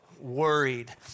worried